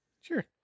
Sure